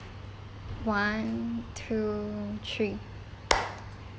one two three